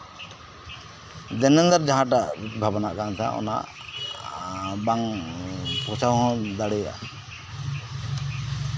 ᱫᱤᱱᱟᱹᱢ ᱦᱤᱞᱳᱜ ᱡᱟᱦᱟᱸᱴᱟᱜ ᱵᱷᱟᱵᱱᱟᱜ ᱠᱟᱱ ᱛᱟᱦᱮᱱᱟ ᱚᱱᱟ ᱵᱟᱝ ᱯᱳᱸᱣᱪᱷᱟ ᱦᱚᱸ ᱫᱟᱲᱮᱭᱟᱜᱼᱟ